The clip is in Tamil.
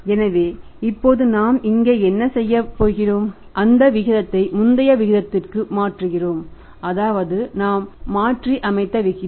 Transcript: எனவே இப்போது நாம் இங்கே என்ன செய்கிறோம் அந்த விகிதத்தை முந்தைய விகிதத்திற்கு மாற்றுகிறோம் அதாவது நாம் மாற்றி அமைத்த விகிதம்